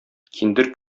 киндер